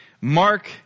Mark